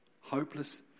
Hopeless